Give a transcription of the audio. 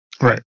right